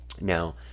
Now